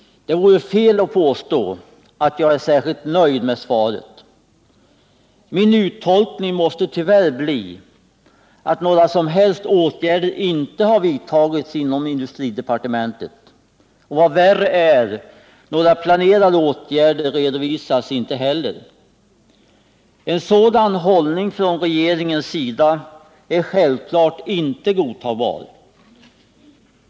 Det vore fel att påstå att jag är nöjd med svaret. Min uttolkning måste tyvärr bli att några som helst åtgärder inte har vidtagits inom industridepartementet. Och vad värre är — några planerade åtgärder redovisas inte heller. En sådan hållning från regeringens sida är självfallet inte godtagbar.